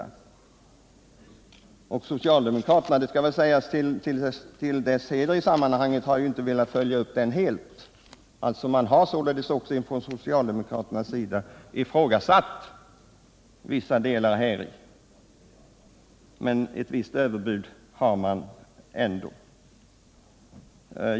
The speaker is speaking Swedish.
Till socialdemokraternas heder i sammanhanget kan sägas att de inte helt har velat följa upp de krav som ställts — man har även på den socialdemokratiska sidan således ifrågasatt vissa delar — men ett överbud skulle man ändå komma med.